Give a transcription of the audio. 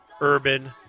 urban